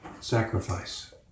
sacrifice